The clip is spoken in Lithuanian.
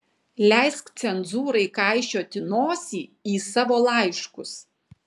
leisk cenzūrai kaišioti nosį į savo laiškus